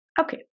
Okay